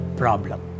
problem